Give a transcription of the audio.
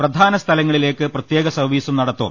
പ്രധാന സ്ഥലങ്ങളിലേക്ക് പ്രത്യേക സർവ്വീസും നടത്തും